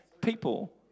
people